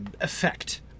effect